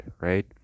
right